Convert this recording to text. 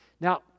Now